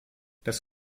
das